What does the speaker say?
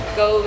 go